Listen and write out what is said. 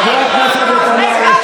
חבר הכנסת נתניהו,